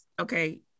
Okay